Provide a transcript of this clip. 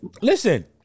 listen